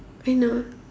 I know